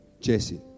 Jesse